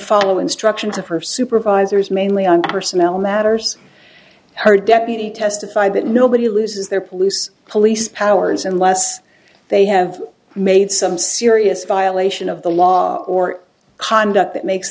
follow instructions of her supervisors mainly on personnel matters her deputy testified that nobody loses their police police powers unless they have made some serious violation of the law or conduct that makes